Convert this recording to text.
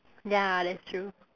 ya that's true